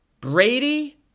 Brady